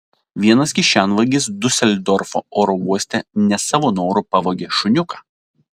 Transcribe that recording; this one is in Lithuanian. vienas kišenvagis diuseldorfo oro uoste ne savo noru pavogė šuniuką